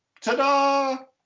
Ta-da